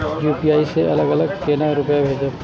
UPI से अलग अलग केना रुपया भेजब